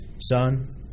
Son